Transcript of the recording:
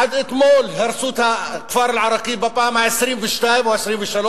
עד אתמול הרסו את כפר אל-עראקיב בפעם ה-22 או ה-23,